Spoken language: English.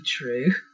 true